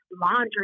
laundry